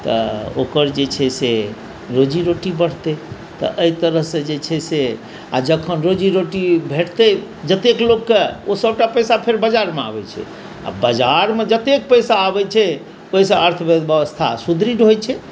तऽ ओकर जे छै से रोजी रोटी बढ़तै तऽ एहि तरहसे जे छै से आ जखन रोजी रोटी भेटतै जतेक लोककेँ ओ सभटा पैसा फेर बजारमे आबैत छै आ बजारमे जतेक पैसा आबैत छै ओहिसँ अर्थव्यवस्था सुदृढ़ होइत छै